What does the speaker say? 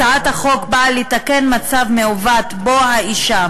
הצעת החוק באה לתקן מצב מעוות שבו האישה,